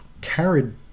carried